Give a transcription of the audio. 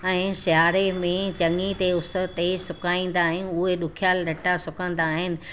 ऐं सियारे में चङी देरि उस ते सुकाईंदा आहियूं उहे ॾुख्या लटा सुकंदा आहिनि